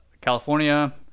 california